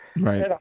Right